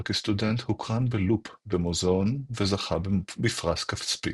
כסטודנט הוקרן בלופ במוזיאון וזכה בפרס כספי.